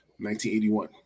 1981